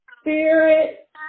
spirit